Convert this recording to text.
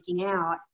out